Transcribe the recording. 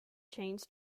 change